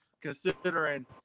considering